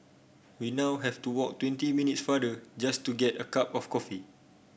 we now have to walk twenty minutes farther just to get a cup of coffee